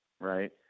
Right